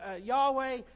Yahweh